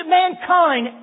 mankind